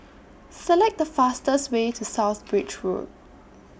Select The fastest Way to South Bridge Road